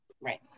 Right